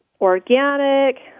organic